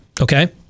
okay